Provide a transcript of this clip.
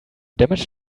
damage